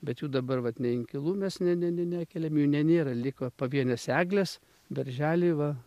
bet jau dabar vat nei inkilų mes ne ne ne nekeliam jų ne nėra liko pavienės eglės berželiai va